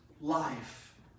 life